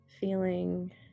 feeling